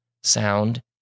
sound